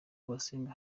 basenga